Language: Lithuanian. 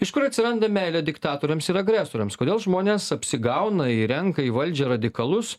iš kur atsiranda meilė diktatoriams ir agresoriams kodėl žmonės apsigauna ir renka į valdžią radikalus